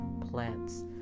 plants